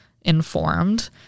informed